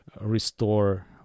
restore